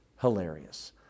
Hilarious